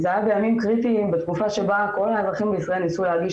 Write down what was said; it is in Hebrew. זה היה בימים קריטיים בתקופה שבה כל האזרחים בישראל ניסו להגיש